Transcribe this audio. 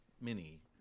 mini